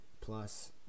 plus